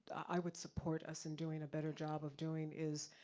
i would support us in doing a better job of doing is,